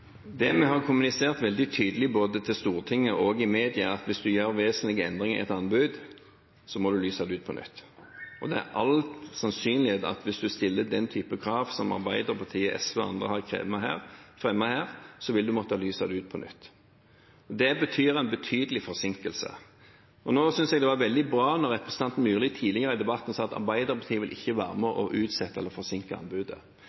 det? Det vi har kommunisert veldig tydelig, både til Stortinget og i media, er at hvis en gjør vesentlige endringer i et anbud, må en lyse det ut på nytt. Med all sannsynlighet vil en, hvis en stiller den typen krav som Arbeiderpartiet, SV og andre har fremmet her, måtte lyse det ut på nytt. Det betyr en betydelig forsinkelse. Jeg syntes det var veldig bra da representanten Myrli tidligere i debatten sa at Arbeiderpartiet ikke ville være med på å utsette eller forsinke anbudet.